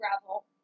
gravel